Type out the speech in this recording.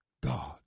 God